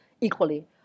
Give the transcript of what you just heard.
equally